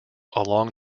along